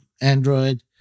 Android